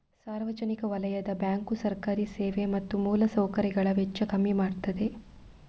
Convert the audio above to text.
ಸಾರ್ವಜನಿಕ ವಲಯದ ಬ್ಯಾಂಕು ಸರ್ಕಾರಿ ಸೇವೆ ಮತ್ತೆ ಮೂಲ ಸೌಕರ್ಯಗಳ ವೆಚ್ಚ ಕಮ್ಮಿ ಮಾಡ್ತದೆ